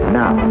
now